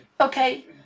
okay